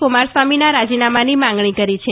ક્રમારસ્વામીના રાજીનામાની માગણી કરી છે